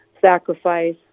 sacrifice